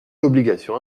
l’obligation